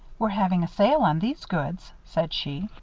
we're having a sale on these goods, said she.